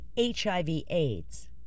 HIV-AIDS